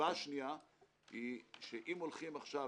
הסיבה השנייה היא שאם הולכים עכשיו